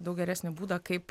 daug geresnį būdą kaip